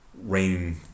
rain